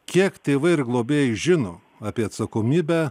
kiek tėvai ir globėjai žino apie atsakomybę